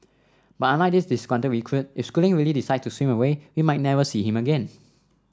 but unlike this disgruntled recruit if schooling really decides to swim away we might never see him again